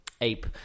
ape